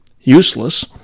Useless